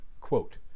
quote